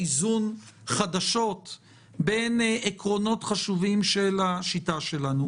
איזון חדשות בין עקרונות חשובים של השיטה שלנו.